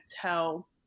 tell